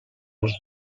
els